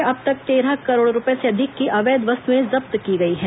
प्रदेश में अब तक तेरह करोड़ रूपए से अधिक की अवैध वस्तुएं जब्त की गई हैं